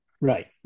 Right